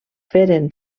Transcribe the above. feren